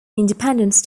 independence